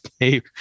Dave